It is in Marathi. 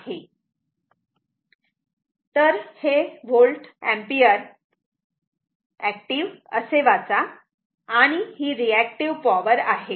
तर हे व्होल्ट अँपिअर ऍक्टिव्ह असे वाचा आणि ही रिऍक्टिव्ह पॉवर आहे